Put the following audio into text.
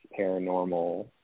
paranormal